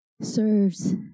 serves